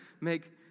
make